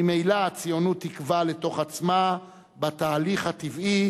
ממילא הציונות תגווע לתוך עצמה בתהליך הטבעי,